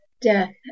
death